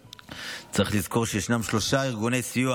צריך לזכור שנכון להיום ישנם שלושה ארגוני סיוע